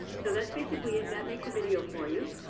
so that's basically it, that makes a video for you.